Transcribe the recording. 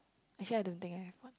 actually I don't think I have one